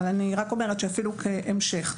היא רק בדיקת המשך.